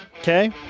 Okay